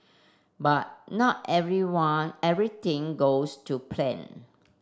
but not everyone everything goes to plan